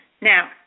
Now